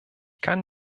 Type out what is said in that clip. kann